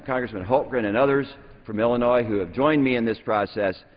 congressman hultgren and others from illinois who have joined me in this process.